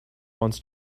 wants